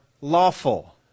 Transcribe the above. lawful